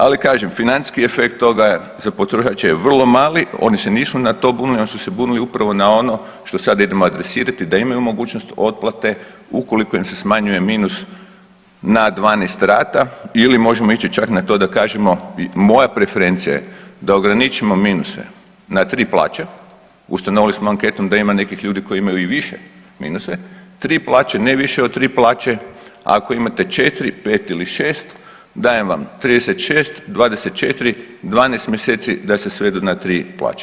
Ali kažem, financijski efekt toga je za potrošače je vrlo mali, oni se nisu na to bunili, oni su se bunili upravo na ono što sad idemo adresirati, da imaju mogućnost otplate ukoliko im se smanjuje minus na 12 rata ili možemo ići čak na to da kažemo i moja preferencija je da ograničimo minuse na 3 plaće, ustanovili smo anketom da ima nekih ljudi koji imaju i više minuse, 3 plaće, ne više od 3 plaće, ako imate 4, 5 ili 6, dajem vam 36, 24, 12 mjeseci da se svedu na 3 plaće.